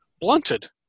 blunted